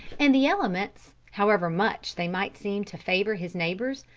and the elements, however much they might seem to favour his neighbours,